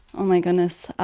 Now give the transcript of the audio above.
oh, my goodness